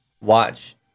watch